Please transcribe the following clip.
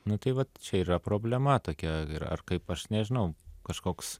na tai vat čia yra problema tokia ir ar kaip aš nežinau kažkoks